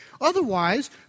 Otherwise